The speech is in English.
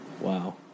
Wow